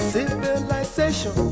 Civilization